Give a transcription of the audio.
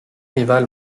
rival